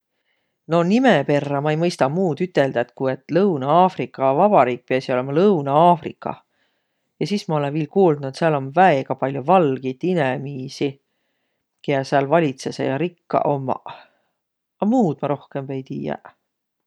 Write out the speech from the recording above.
No nime perrä ma ei mõistaq muud üteldäq, et ku et Lõunõ-Afriga vabariik piäsiq olõma Lõunõ-Afrikah. Ja sis ma olõ viil kuuldnuq, et sääl om väega pall'o valgit inemiisi, kä sääl valitsõsõq ja rikkaq ommaq.